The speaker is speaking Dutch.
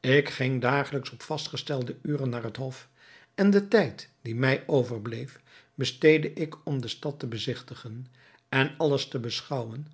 ik ging dagelijks op vastgestelde uren naar het hof en den tijd die mij overbleef besteedde ik om de stad te bezigtigen en alles te beschouwen